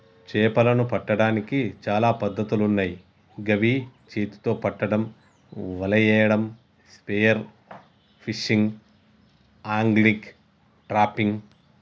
చేపలను పట్టడానికి చాలా పద్ధతులున్నాయ్ గవి చేతితొ పట్టడం, వలేయడం, స్పియర్ ఫిషింగ్, ఆంగ్లిగ్, ట్రాపింగ్